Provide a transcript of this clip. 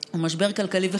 המזכירה, הודעה.